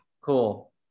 cool